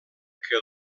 que